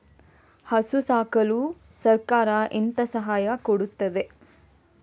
ಹಸು ಸಾಕಲು ಸರಕಾರ ಎಂತ ಸಹಾಯ ಕೊಡುತ್ತದೆ?